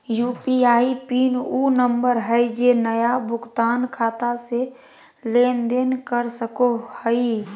UPI PIN उ number हइ जे नया भुगतान खाता से लेन देन कर सको हइ